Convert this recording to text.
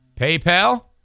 PayPal